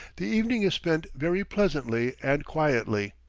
the evening is spent very pleasantly and quietly,